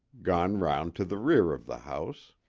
gone round to the rear of the house.